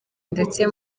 ndetse